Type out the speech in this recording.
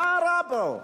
מה רע פה?